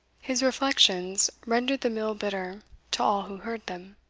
his reflections rendered the meal bitter to all who heard them.